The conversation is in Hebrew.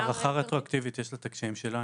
להארכה הרטרואקטיבית יש את הקשיים שלה.